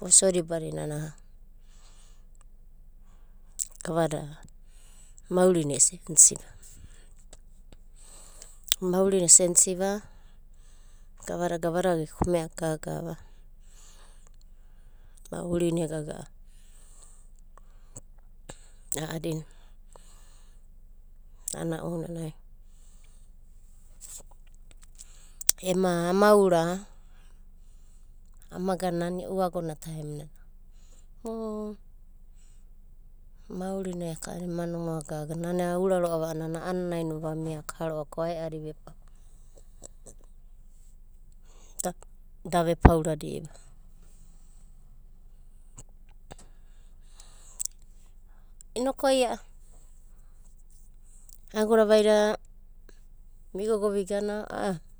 vo sodi badinana, gavada, maurina e sensiva. Maurine sensiva, gavada gavadada ge komea gaga'va. Maurine gaga'a. A'adina, ana ounanai. Ema ama ura, ama gana eu agonan taim nana. Maurina eka ema nonoa gaga. Nana a'ura roava ananaino va mia aka roava, ko aiadi ve da ve paora diba. inoku ai a'a. agodavaida vo gogo vo gana.